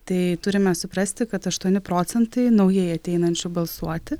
tai turime suprasti kad aštuoni procentai naujai ateinančių balsuoti